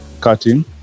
cutting